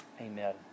Amen